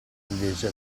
invece